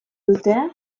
dute